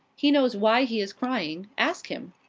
he knows why he is crying ask him.